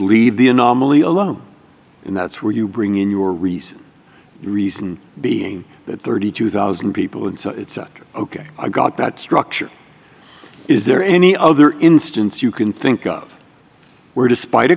leave the anomaly alone and that's where you bring in your reason the reason being that thirty two thousand people and so it's ok i got that structure is there any other instance you can think of where despite a